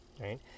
right